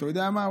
אתה יודע מה,